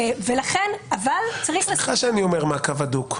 אבל --- סליחה שאני אומר מהו קו הדוק.